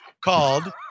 called